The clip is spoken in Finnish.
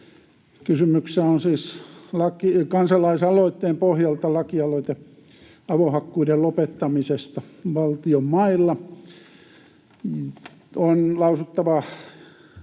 Kysymyksessä on siis kansa-laisaloitteen pohjalta lakialoite avohakkuiden lopettamisesta valtion mailla. On ilo lausua maa‑